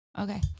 Okay